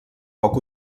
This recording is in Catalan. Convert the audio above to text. poc